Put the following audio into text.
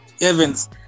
Evans